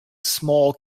small